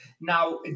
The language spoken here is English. Now